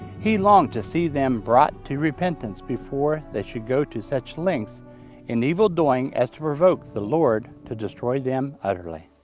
he longed to see them brought to repentance before they should go to such lengths in evil-doing as to provoke the lord to destroy them utterly.